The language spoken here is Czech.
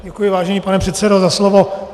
Děkuji, vážený pane předsedo, za slovo.